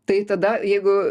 tai tada jeigu